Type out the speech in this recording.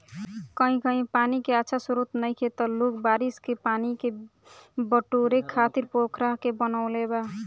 कही कही पानी के अच्छा स्त्रोत नइखे त लोग बारिश के पानी के बटोरे खातिर पोखरा के बनवले बा